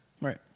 Right